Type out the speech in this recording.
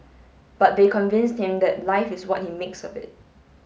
but they convinced him that life is what he makes of it